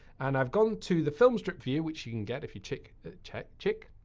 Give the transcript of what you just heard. and i've gone to the filmstrip view which you can get if you chick check, chick,